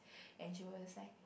and she was like